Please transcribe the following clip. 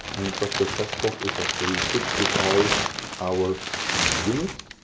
and such a test block is actually shipped with all our units.